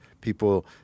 People